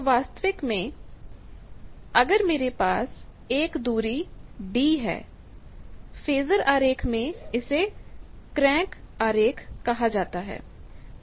तो वास्तविक में अगर मेरे पास एक दूरी d है फेजर आरेख में इसे क्रैंक आरेख कहा जाता है